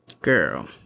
girl